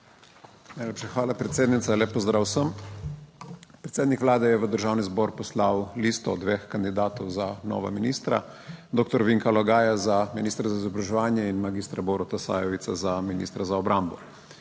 hvala, predsednica. Lep pozdrav vsem! Predsednik Vlade je v Državni zbor poslal listo dveh kandidatov za nova ministra: dr. Vinka Logaja za ministra za izobraževanje in mag. Boruta Sajovica za ministra za obrambo.